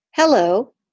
Hello